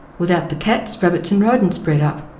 without the cats, rabbits and rodents bred up.